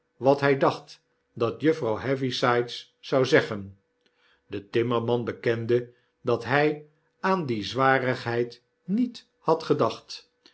vroeg wathij dacht dat juffrouw heavysides zou zeggen de timmerman bekende dat hy aan die zwarigheid niet had gedacht